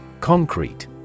Concrete